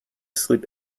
sleep